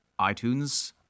iTunes